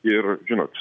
ir žinot